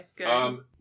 Okay